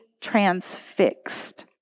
transfixed